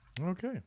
Okay